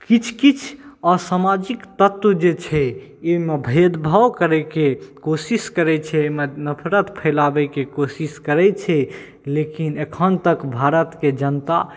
किछु किछु असामाजिक तत्व जे छै एहिमे भेदभाव करैके कोशिश करै छै एहिमे नफरत फैलाबैके कोशिश करै छै लेकिन एखन तक भारतके जनता